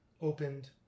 opened